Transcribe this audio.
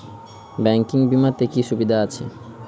Banking বিমাতে কি কি সুবিধা আছে?